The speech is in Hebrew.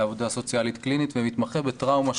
לעבודה סוציאלית קלינית ומתמחה בטראומה,